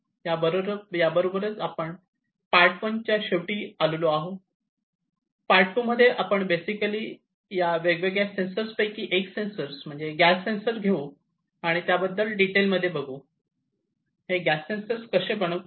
तर याबरोबरच आपण पार्ट वन च्या शेवटी आलेलो आहोत आणि पार्ट टू मध्ये हे आपण बेसिकली आपण या वेगवेगळ्या सेन्सर्स पैकी एक सेंसर गॅस सेंसर घेऊ आणि त्याबद्दल डिटेल मध्ये बघू आणि हे गॅस सेन्सर कसे बनवतात